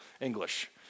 English